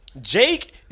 Jake